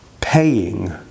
paying